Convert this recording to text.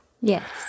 Yes